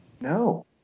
No